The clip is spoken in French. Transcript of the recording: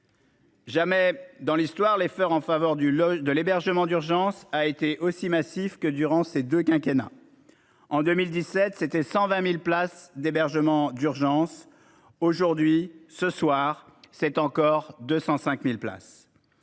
Jamais dans l'histoire, l'effort en faveur du Losc de l'hébergement d'urgence a été aussi massif que durant ces 2 quinquennat. En 2017, c'était 120.000 places d'hébergement d'urgence. Aujourd'hui, ce soir c'est encore 205.000 places.